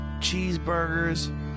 cheeseburgers